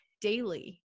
daily